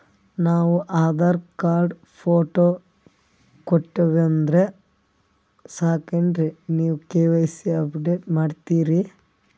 ನಾವು Aadhaar card, photo ಕೊಟ್ಟೀವಂದ್ರ ಸಾಕೇನ್ರಿ ನೀವ ಕೆ.ವೈ.ಸಿ ಅಪಡೇಟ ಮಾಡ್ತೀರಿ?